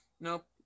Nope